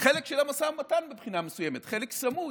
חלק של המשא ומתן, מבחינה מסוימת, חלק סמוי.